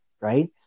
right